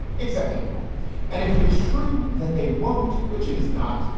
except they will and if it is true that they won't, which it is not,